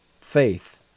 faith